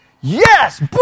Yes